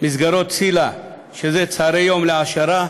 מסגרות ציל"ה, שזה צהרוני יום להעשרה,